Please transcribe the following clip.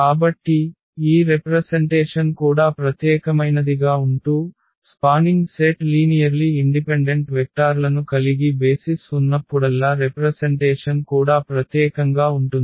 కాబట్టి ఈ రెప్రసెన్టేషన్ కూడా ప్రత్యేకమైనదిగా ఉంటూ స్పానింగ్ సెట్ లీనియర్లి ఇన్డిపెండెంట్ వెక్టార్లను కలిగి బేసిస్ ఉన్నప్పుడల్లా రెప్రసెన్టేషన్ కూడా ప్రత్యేకంగా ఉంటుంది